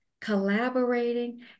collaborating